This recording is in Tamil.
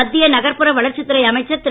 மத்திய நகர்ப்பற வளர்ச்சித்துறை அமைச்சர் திரு